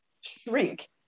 shrink